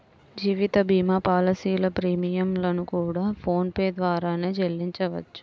జీవిత భీమా పాలసీల ప్రీమియం లను కూడా ఫోన్ పే ద్వారానే చెల్లించవచ్చు